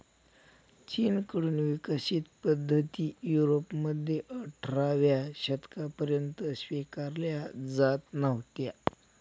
चीन कडून विकसित पद्धती युरोपमध्ये अठराव्या शतकापर्यंत स्वीकारल्या जात नव्हत्या